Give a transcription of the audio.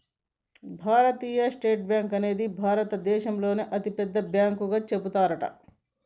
భారతీయ state bank అనేది భారత దేశంలోనే అతి పెద్ద బ్యాంకు గా చెబుతారట